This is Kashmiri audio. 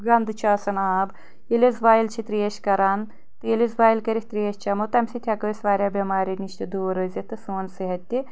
گنٛدٕ چھُ آسان آب ییٚلہِ أس بایِل چھِ ترٛیش کران تہٕ ییٚلہِ أسۍ بویِل کٔرتھ ترٛیش چٮ۪مو تمہِ سۭتۍ یٮ۪کو أسۍ واریاہ بٮ۪مارٮ۪و نِش تہِ دوٗر روٗزِتھ تہٕ سون صحت تہِ